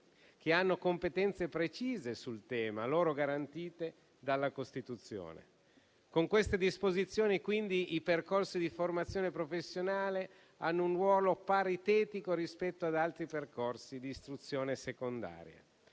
che hanno competenze precise sul tema, loro garantite dalla Costituzione. Con queste disposizioni, quindi, i percorsi di formazione professionale hanno un ruolo paritetico rispetto ad altri percorsi di istruzione secondaria.